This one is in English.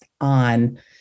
on